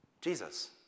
Jesus